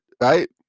Right